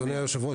אדוני היושב-ראש,